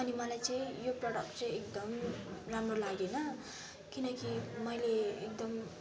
अनि मलाई चाहिँ यो प्रोडक्ट चाहिँ एकदम राम्रो लागेन किनकि मैले एकदम